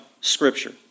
Scripture